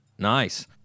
Nice